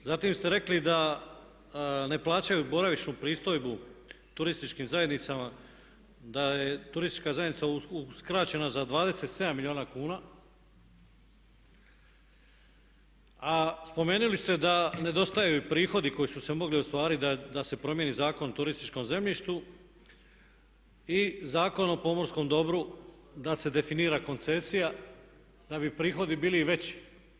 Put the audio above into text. Zatim ste rekli da ne plaćaju boravišnu pristojbu turističkim zajednicama, da je turistička zajednica uskraćena za 27 milijuna kuna, a spomenuli ste da nedostaju i prihodi koji su se mogli ostvariti da se promijeni Zakon o turističkom zemljištu i Zakon o pomorskom dobru da se definira koncesija da bi prihodi bili i veći.